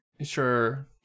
sure